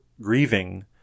grieving